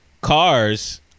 cars